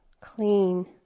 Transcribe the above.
clean